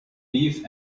beef